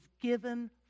given